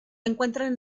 encuentran